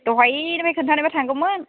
दहायनिफाय खोन्थानायबा थांगौमोन